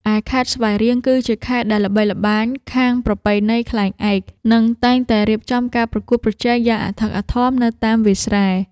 ឯខេត្តស្វាយរៀង គឺជាខេត្តដែលល្បីល្បាញខាងប្រពៃណីខ្លែងឯក និងតែងតែរៀបចំការប្រកួតប្រជែងយ៉ាងអធិកអធមនៅតាមវាលស្រែ។